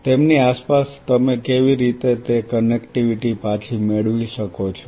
તેમની આસપાસ તમે કેવી રીતે તે કનેક્ટિવિટી પાછી મેળવી શકો છો